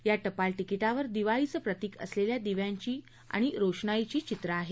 या ििल तिकी वर दिवाळीचं प्रतीक असलेल्या दिव्यांची आणि रोषणाईची चित्र आहेत